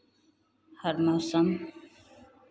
हर मौसम में